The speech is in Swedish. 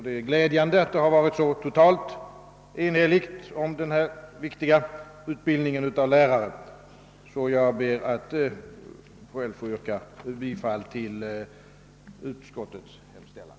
Det är glädjande att den har varit så total beträffande den viktiga utbildningen av lärare för folkhögskolan. Jag ber att få yrka bifall till utskottets hemställan.